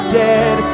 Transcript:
dead